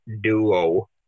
duo